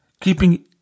keeping